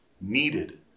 needed